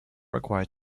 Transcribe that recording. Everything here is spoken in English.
required